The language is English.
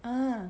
ah